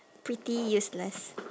pretty useless